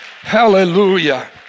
Hallelujah